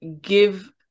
give